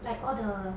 like all the